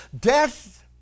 Death